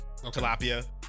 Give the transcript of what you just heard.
tilapia